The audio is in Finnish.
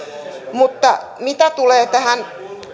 mutta mitä tulee tähän